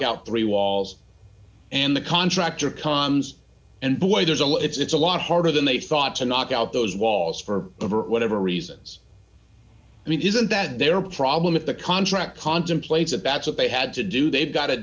count three walls and the contractor tom's and boy there's a lot it's a lot harder than they thought to knock out those walls for whatever reasons i mean isn't that their problem with the contract contemplates that that's what they had to do they've got to